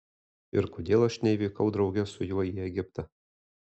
ir kodėl aš nevykau drauge su juo į egiptą